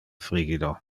frigido